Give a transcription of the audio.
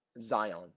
zion